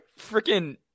freaking